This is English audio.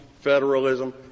federalism